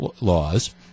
laws –